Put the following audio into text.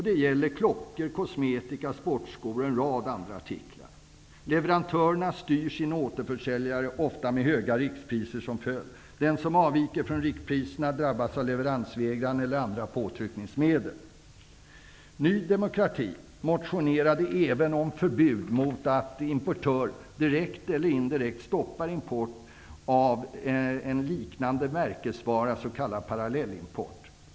Det gäller klockor, kosmetika, sportskor och en rad andra artiklar. Leverantörerna styr sina återförsäljare, ofta med höga riktpriser som följd. Den som avviker från riktpriserna drabbas av leveransvägran eller andra påtryckningsmedel. Ny demokrati motionerade även om förbud mot att en importör direkt eller indirekt stoppar import av en märkesvara som liknar hans egen, s.k. parallellimport.